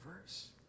verse